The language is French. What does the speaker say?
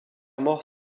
mort